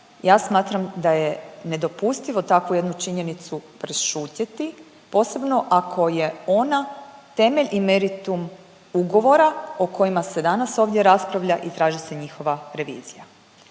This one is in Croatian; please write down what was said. ja smatram da je nedopustivo takvu jednu činjenicu prešutjeti posebno ako je ona temelj i meritum ugovora o kojima se danas ovdje raspravlja i traži se njihova revizija.